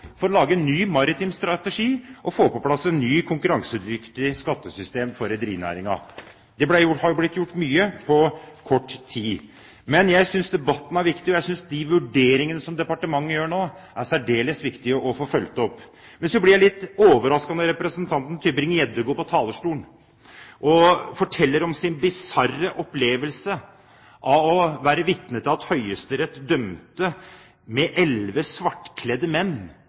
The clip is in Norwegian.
for å lage en ny maritim strategi og å få på plass et nytt konkurransedyktig skattesystem for rederinæringen. Det er blitt gjort mye på kort tid. Men jeg syns debatten er viktig, og jeg syns de vurderingene som departementet gjør nå, er særdeles viktig å få fulgt opp. Men så blir jeg litt overrasket når representanten Tybring-Gjedde går på talerstolen og forteller om sin bisarre opplevelse av å være vitne til at Høyesterett med elleve svartkledde menn